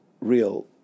real